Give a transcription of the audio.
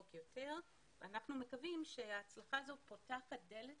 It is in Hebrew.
יותר ואנחנו מקווים שההצלחה הזאת פותחת דלת